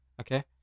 Okay